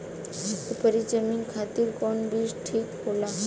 उपरी जमीन खातिर कौन बीज ठीक होला?